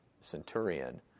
centurion